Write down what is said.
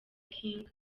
king